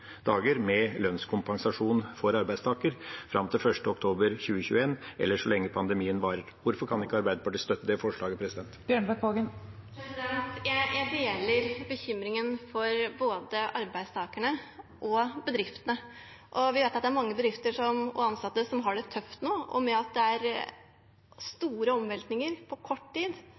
med lønnskompensasjon for arbeidstaker fram til 1. oktober 2021, eller så lenge pandemien varer. Hvorfor kan ikke Arbeiderpartiet støtte det forslaget? Jeg deler bekymringen for både arbeidstakerne og bedriftene, og vi vet at det er mange bedrifter og ansatte som har det tøft nå. Med store omveltninger på kort tid